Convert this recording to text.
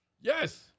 yes